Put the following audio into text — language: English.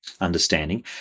understanding